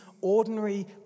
ordinary